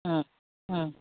ꯑꯪ ꯑꯪ